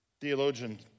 theologian